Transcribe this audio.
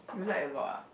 you like a not ah